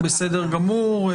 בסדר גמור.